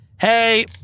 Hey